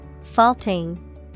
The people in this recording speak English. Faulting